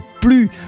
plus